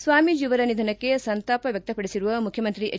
ಸ್ವಾಮೀಜಿ ಅವರ ನಿಧನಕ್ಕೆ ಸಂತಾಪ ವ್ಯಕ್ತಪಡಿಸಿರುವ ಮುಖ್ಯಮಂತ್ರಿ ಎಚ್